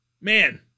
Man